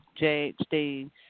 JHD